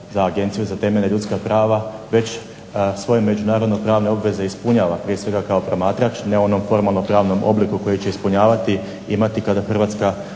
za agenciju za temeljna ljudska prava, već svoje međunarodno-pravne obveze ispunjava, prije svega kao promatrač, ne u onom formalno-pravnom obliku koji će ispunjavati, imati kada Hrvatska